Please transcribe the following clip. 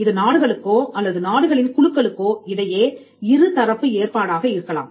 இது நாடுகளுக்கோ அல்லது நாடுகளின் குழுக்களுக்கோ இடையே இரு தரப்பு ஏற்பாடாக இருக்கலாம்